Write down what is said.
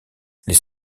les